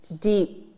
deep